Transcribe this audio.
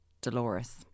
Dolores